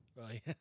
Right